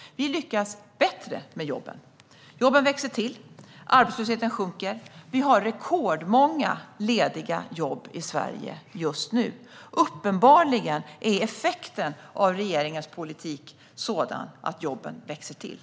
Vi lyckas bättre med jobben. Jobben växer till och arbetslösheten sjunker. Vi har rekordmånga lediga jobb i Sverige just nu. Uppenbarligen är effekten av regeringens politik sådan att jobben växer till.